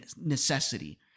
necessity